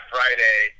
Friday